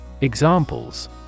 Examples